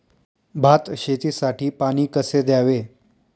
भात शेतीसाठी पाणी कसे द्यावे?